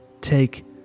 take